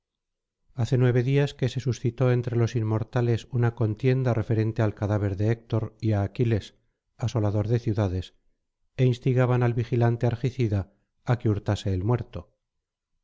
hace nueve días que se suscitó entre los inmortales una contienda referente al cadáver de héctor y á aquiles asolador de ciudades é instigaban al vigilante argicida á que hurtase el muerto